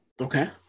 Okay